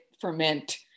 ferment